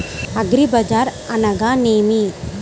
అగ్రిబజార్ అనగా నేమి?